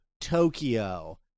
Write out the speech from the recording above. Tokyo